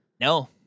No